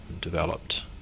developed